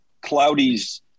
Cloudy's